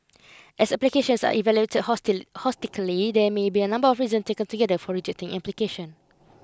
as applications are evaluated holistic holistically there may be a number of reasons taken together for rejecting application